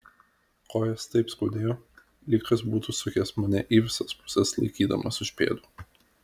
kojas taip skaudėjo lyg kas būtų sukęs mane į visas puses laikydamas už pėdų